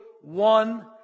one